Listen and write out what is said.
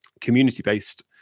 community-based